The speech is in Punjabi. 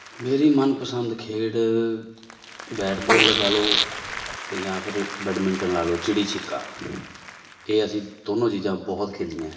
ਮੇਰੀ ਮਨਪਸੰਦ ਖੇਡ ਬੈਟ ਬੋਲ ਲਗਾ ਲਓ ਅਤੇ ਜਾਂ ਫਿਰ ਬੈਡਮਿੰਟਨ ਲਾ ਲਉ ਚਿੜੀ ਛਿੱਕਾ ਇਹ ਅਸੀਂ ਦੋਨੋਂ ਚੀਜ਼ਾਂ ਬਹੁਤ ਖੇਲੀਆਂ